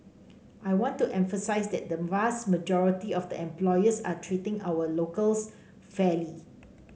I want to emphasise that the vast majority of the employers are treating our locals fairly